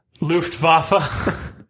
Luftwaffe